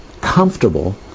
comfortable